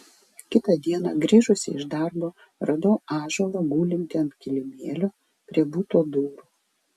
kitą dieną grįžusi iš darbo radau ąžuolą gulintį ant kilimėlio prie buto durų